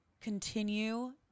continue